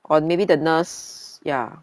or maybe the nurse ya